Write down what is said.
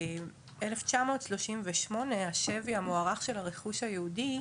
ב-1938 השווי המוערך של הרכוש היהודי